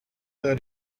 that